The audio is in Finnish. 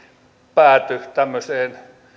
päätyi tämmöiseen